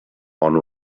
one